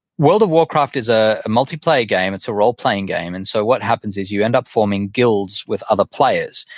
world of warcraft is a multiplayer game. it's a role-playing game. and so what happens is you end up forming guilds with other players.